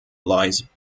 lies